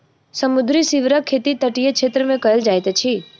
समुद्री सीवरक खेती तटीय क्षेत्र मे कयल जाइत अछि